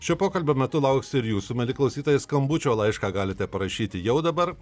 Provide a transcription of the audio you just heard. šio pokalbio metu lauksiu ir jūsų mieli klausytojai skambučio laišką galite parašyti jau dabar